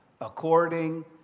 according